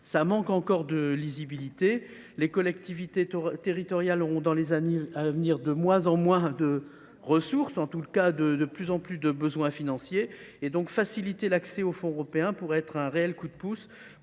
manque encore de lisibilité. Les collectivités territoriales disposeront dans les années à venir de moins en moins de ressources, ou, à tout le moins, de plus en plus de besoins financiers. Leur faciliter l’accès aux fonds européens serait un réel coup de pouce